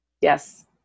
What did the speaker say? Yes